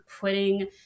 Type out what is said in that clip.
putting